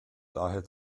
daher